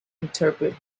interpret